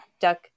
duck